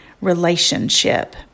relationship